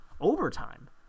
overtime